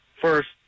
First